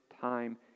time